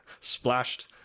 splashed